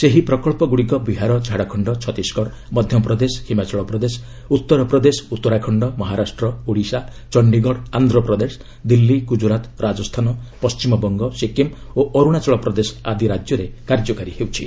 ସେହି ପ୍ରକଚ୍ଚଗୁଡ଼ିକ ବିହାର ଝାଡ଼ଖଣ୍ଡ ଛତିଶଗଡ଼ ମଧ୍ୟପ୍ରଦେଶ ହିମାଚଳ ପ୍ରଦେଶ ଉତ୍ତର ପ୍ରଦେଶ ଉତ୍ତରାଖଣ୍ଡ ମହାରାଷ୍ଟ୍ର ଓଡ଼ିଶା ଚଣ୍ଡୀଗଡ଼ ଆନ୍ଧ୍ରପ୍ରଦେଶ ଦିଲ୍ଲୀ ଗୁଜରାତ୍ ରାଜସ୍ଥାନ ପଣ୍ଟିମବଙ୍ଗ ସିକ୍କିମ୍ ଓ ଅର୍ଭଶାଚଳ ପ୍ରଦେଶ ଆଜି ରାଜ୍ୟରେ କାର୍ଯ୍ୟକାରୀ ହେଉଛି